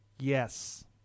Yes